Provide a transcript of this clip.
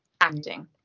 acting